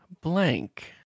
blank